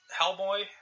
Hellboy